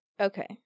okay